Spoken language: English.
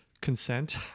consent